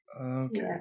Okay